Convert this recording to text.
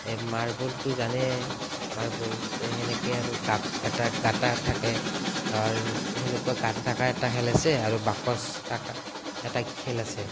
মাৰ্বলটো জানে মাৰ্বল তে হেনেকে আৰু গাঁত এটা গাঁত থাকে ধৰ হেনেকুৱা গাঁত থকা এটা খেল আছে আৰু বাকচ থকা এটা খেল আছে